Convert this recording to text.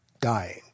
dying